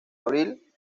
abril